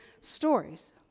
stories